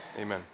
amen